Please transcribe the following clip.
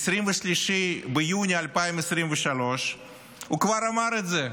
ב-23 ביוני 2023 הוא כבר אמר את זה.